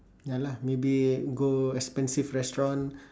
ya lah maybe go expensive restaurant